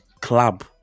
club